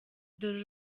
dore